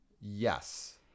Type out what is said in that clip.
Yes